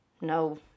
no